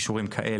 אישורים כאלה.